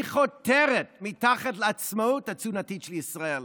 היא חותרת מתחת לעצמאות התזונתית של ישראל,